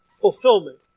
fulfillment